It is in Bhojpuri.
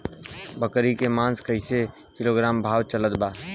बकरी के मांस कईसे किलोग्राम भाव चलत बा?